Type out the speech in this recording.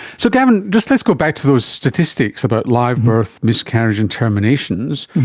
so gavin, just let's go back to those statistics about live birth, miscarriage and terminations.